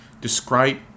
describe